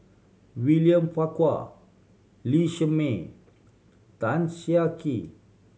William Farquhar Lee Shermay Tan Siah Kwee